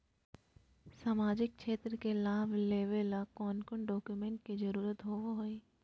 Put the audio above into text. सामाजिक क्षेत्र के लाभ लेबे ला कौन कौन डाक्यूमेंट्स के जरुरत होबो होई?